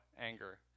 anger